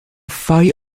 fay